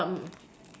but